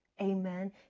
Amen